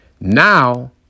Now